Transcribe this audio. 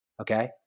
Okay